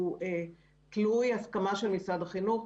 לצערי, הוא תלוי הסכמה של משרד החינוך.